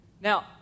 Now